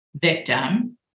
victim